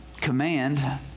command